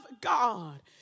God